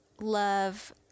love